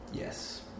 yes